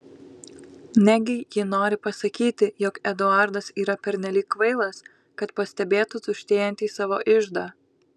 negi ji nori pasakyti jog eduardas yra pernelyg kvailas kad pastebėtų tuštėjantį savo iždą